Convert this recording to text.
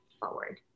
forward